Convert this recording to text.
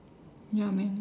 ya man